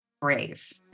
brave